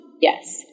yes